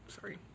sorry